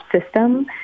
system